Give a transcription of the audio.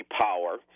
power